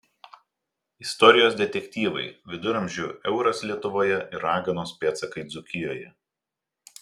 istorijos detektyvai viduramžių euras lietuvoje ir raganos pėdsakai dzūkijoje